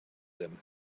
them